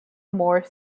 more